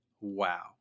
wow